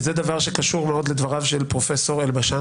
וזה דבר שקשור מאוד לדבריו של פרופ' אלבשן